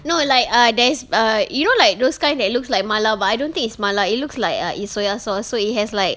no like err there's err you know like those kind that looks like mala but I don't think it's mala it looks like err it's soya sauce so it has like